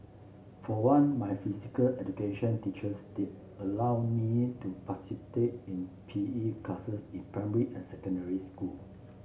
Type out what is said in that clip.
for one my physical education teachers did allow me to in P E classes in primary and secondary school